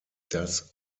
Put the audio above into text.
das